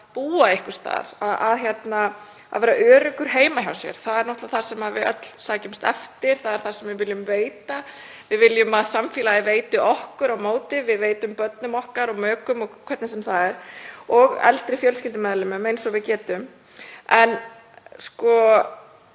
að búa einhvers staðar, að vera öruggur heima hjá sér. Það er náttúrlega það sem við öll sækjumst eftir. Það er það sem við viljum veita. Við viljum að samfélagið veiti okkur það á móti, að við veitum börnum okkar og mökum það og hvernig sem það er og eldri fjölskyldumeðlimum eins og við getum. Þetta